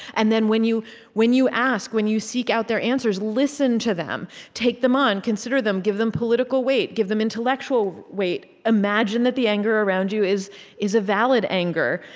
and then when you when you ask, when you seek out their answers, listen to them. take them on. consider them. give them political weight. give them intellectual weight. imagine that the anger around you is is a valid anger,